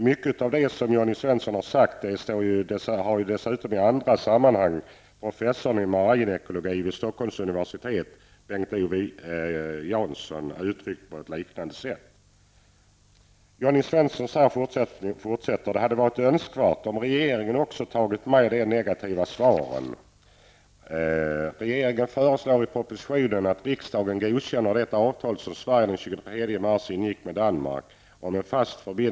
Mycket av det som Jonny Svensson har sagt har dessutom i andra sammanhang professorn i marinekologi vid Stockholms universitet, Bengt-Owe Jansson, uttryckt på liknande sätt. Jonny Svensson fortsätter: Det hade varit önskvärt om regeringen också tagit med de negativa svaren. Öresund.